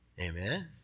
Amen